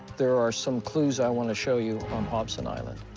there are some clues i want to show you on hobson island.